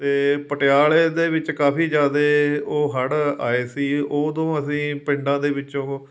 ਅਤੇ ਪਟਿਆਲੇ ਦੇ ਵਿੱਚ ਕਾਫੀ ਜ਼ਿਆਦਾ ਉਹ ਹੜ੍ਹ ਆਏ ਸੀ ਉਦੋਂ ਅਸੀਂ ਪਿੰਡਾਂ ਦੇ ਵਿੱਚੋਂ